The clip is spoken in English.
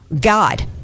God